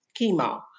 chemo